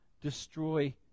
destroy